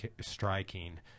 striking